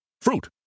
fruit